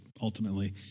ultimately